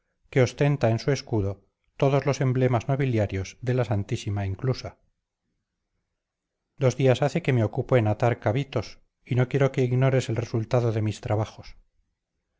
que ostenta en su escudo todos los emblemas nobiliarios de la santísima inclusa dos días hace que me ocupo en atar cabitos y no quiero que ignores el resultado de mis trabajos